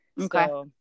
Okay